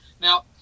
Now